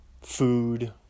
food